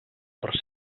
per